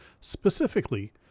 specifically